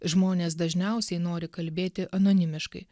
žmonės dažniausiai nori kalbėti anonimiškai